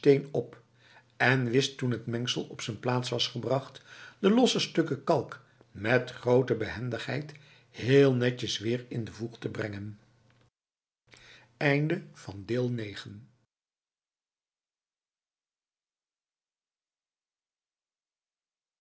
op en wist toen het mengsel op z'n plaats was gebracht de losse stukken kalk met grote behendigheid heel netjes weer in de voeg te brengen